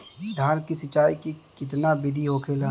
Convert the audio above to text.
धान की सिंचाई की कितना बिदी होखेला?